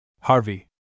Harvey